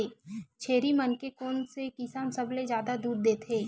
छेरी मन के कोन से किसम सबले जादा दूध देथे?